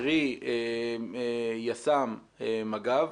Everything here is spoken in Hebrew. קרי יס"מ ומג"ב